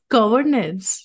governance